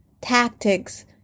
tactics